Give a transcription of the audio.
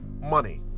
money